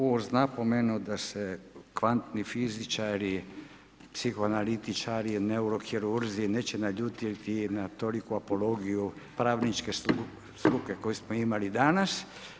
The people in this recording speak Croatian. Uz napomenu da se kvantni fizičari, psihoanalitičari, neurokirurzi neće naljutiti na toliku apologiju pravničke struke koju smo imali danas.